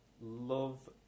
love